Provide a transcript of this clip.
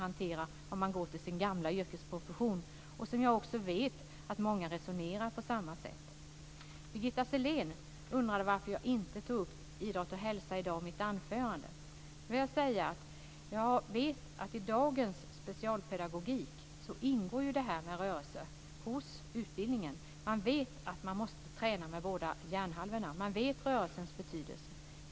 Att se till sin gamla yrkesprofession är ett sätt att hantera frågan. Jag vet att många resonerar på samma sätt. Birgitta Sellén undrade varför jag inte tog upp idrott och hälsa i dag i mitt anförande. Jag vet att i dagens specialpedagogik ingår rörelse i utbildningen. Man vet att man måste träna med båda hjärnhalvorna, man vet rörelsens betydelse.